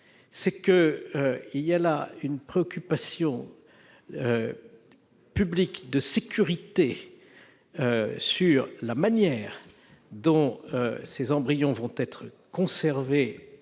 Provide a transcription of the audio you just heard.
c'est l'existence d'une préoccupation publique de sécurité sur la manière dont ces embryons vont être conservés,